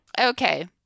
Okay